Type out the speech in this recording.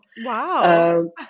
wow